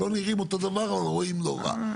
אנחנו לא נראים אותו דבר אבל רואים לא רע.